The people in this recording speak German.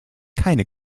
keine